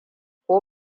ko